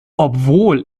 obwohl